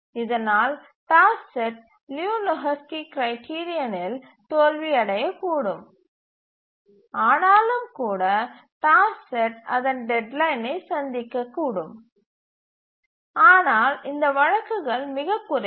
இதனால் task set Liu Lehoczky கிரைட்டீரியனில் தோல்வி அடையக் கூடும் ஆனாலும் கூட டாஸ்க் செட் அதன் டெட்லைனை சந்திக்கக்கூடும் ஆனால் இந்த வழக்குகள் மிகக் குறைவு